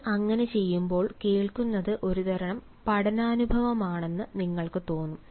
നിങ്ങൾ അങ്ങനെ ചെയ്യുമ്പോൾ കേൾക്കുന്നത് ഒരുതരം പഠനാനുഭവമാണെന്ന് നിങ്ങൾക്ക് തോന്നും